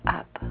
up